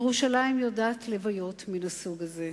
ירושלים יודעת לוויות מן הסוג הזה,